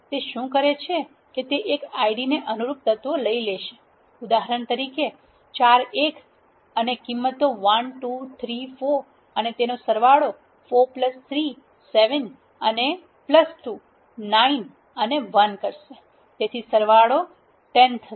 તે શું કરે છે કે તે એક Id ને અનુરૂપ તત્વો લેશે ઉદાહરણ તરીકે ચાર 1 અને કિંમતો 1 2 3 4 અને તેનો સરવાળો 4 3 7 અને 2 9 અને 1 કરશે તેથી સરવાળો 10 છે